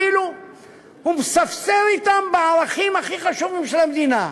כאילו הוא מספסר אתם בערכים הכי חשובים של המדינה,